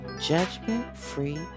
judgment-free